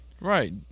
Right